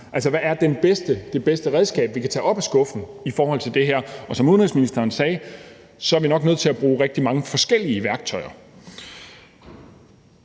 hvad er det bedste redskab, vi kan tage op af skuffen i forhold til det her? Og som udenrigsministeren sagde, er vi nok nødt til at bruge rigtig mange forskellige værktøjer.